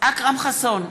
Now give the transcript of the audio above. אכרם חסון,